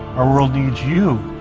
our world needs you,